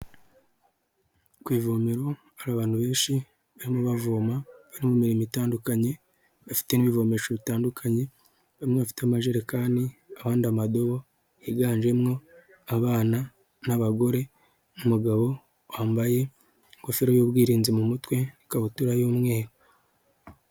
Ku ivomero hari abantu benshi, barimo bavoma, bari mu mirimo itandukanye, bafite n'ibivomesho bitandukanye, bamwe bafite amajerekani, abandi amadobo, higanjemwo abana n'abagore, umugabo wambaye ingofero y'ubwirinzi mu mutwe, n'ikabutura y'umweru.